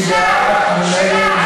מי בעד?